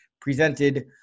presented